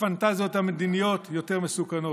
הפנטזיות המדיניות יותר מסוכנות.